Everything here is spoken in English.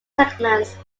segments